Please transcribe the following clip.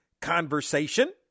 conversation